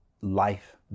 life